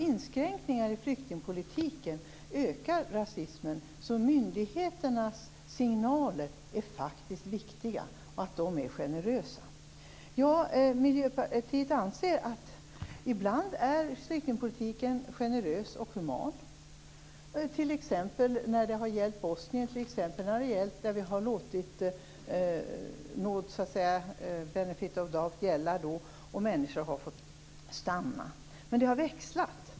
Inskränkningar i flyktingpolitiken ökar rasismen. Det är därför faktiskt viktigt att myndigheternas signaler är generösa. Miljöpartiet anser att flyktingpolitiken ibland är generös och human, t.ex. när det har gällt bosnier. Man har låtit the benefit of doubt gälla, så att människor har fått stanna. Men inställningen har växlat.